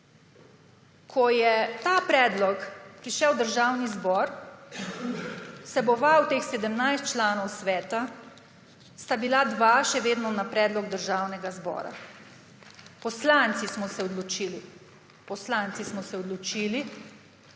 Ko je ta predlog prišel v Državni zbor, vseboval je teh 17 članov sveta, sta bila dva še vedno na predlog Državnega zbora. Poslanci smo se odločili,